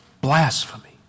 Blasphemy